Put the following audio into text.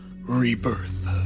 rebirth